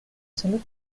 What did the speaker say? salud